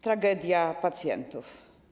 Tragedia pacjentów.